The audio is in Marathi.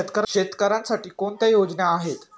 शेतकऱ्यांसाठी कोणत्या योजना आहेत?